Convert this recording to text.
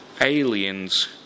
aliens